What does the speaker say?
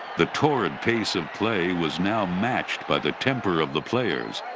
the torrid pace of play was now matched by the temper of the players.